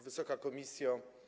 Wysoka Komisjo!